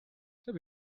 have